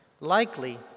likely